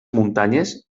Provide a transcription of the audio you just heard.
muntanyes